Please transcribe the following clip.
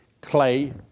clay